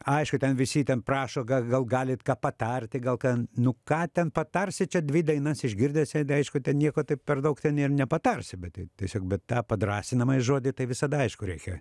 aišku ten visi ten prašo ga gal galit ką patarti gal ką nu ką ten patarsi čia dvi dainas išgirdęs jei aišku ten nieko taip per daug ten ir nepatarsi bet tiesiog bet tą padrąsinamąjį žodį tai visada aišku reikia